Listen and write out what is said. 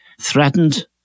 threatened